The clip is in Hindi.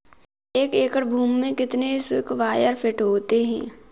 एक एकड़ भूमि में कितने स्क्वायर फिट होते हैं?